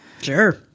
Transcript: sure